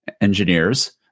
engineers